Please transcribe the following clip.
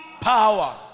power